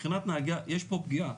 מבחינת נהגי המוניות יש פה פגיעה,